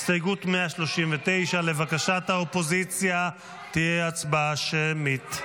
הסתייגות 139. לבקשת האופוזיציה, תהיה הצבעה שמית.